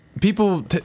people